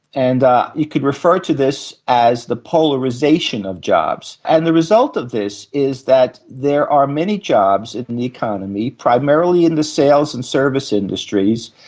and you could refer to this as the polarisation of jobs. and the result of this is that there are many jobs in the economy, primarily in the sales and service industries,